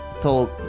told